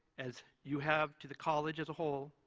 as you have to the college as a whole,